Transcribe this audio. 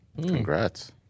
Congrats